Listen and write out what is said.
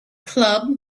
club